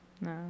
No